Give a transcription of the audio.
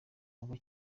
rugo